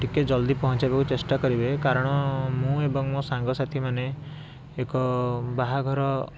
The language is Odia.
ଟିକିଏ ଜଲ୍ଦି ପହଞ୍ଚାଇବାକୁ ଚେଷ୍ଟା କରିବେ କାରଣ ମୁଁ ଏବଂ ମୋ ସାଙ୍ଗସାଥିମାନେ ଏକ ବାହାଘର